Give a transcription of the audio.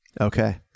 Okay